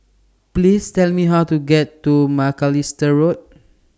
Please Tell Me How to get to Macalister Road